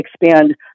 expand